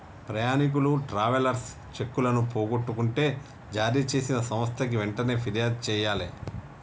ప్రయాణీకులు ట్రావెలర్స్ చెక్కులను పోగొట్టుకుంటే జారీచేసిన సంస్థకి వెంటనే పిర్యాదు జెయ్యాలే